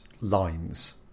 Lines